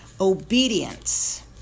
obedience